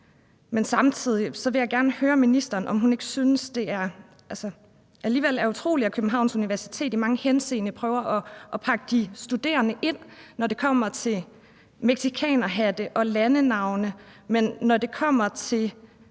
Men samtidig vil jeg gerne høre ministeren, om hun ikke synes, at det alligevel er utroligt, at Københavns Universitet i mange henseender prøver at pakke de studerende ind, når det kommer til mexicanerhatte og landenavne, men når det gælder